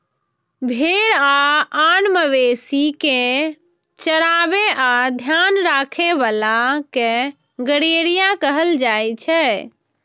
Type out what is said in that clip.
भेड़ आ आन मवेशी कें चराबै आ ध्यान राखै बला कें गड़ेरिया कहल जाइ छै